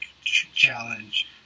challenge